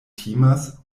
timas